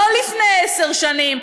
לא לפני עשר שנים,